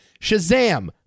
Shazam